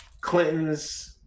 Clinton's